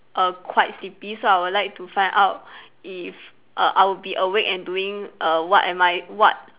err quite sleepy so I would like to find out if err I'll be awake and doing err what am I what